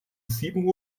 sieben